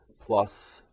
plus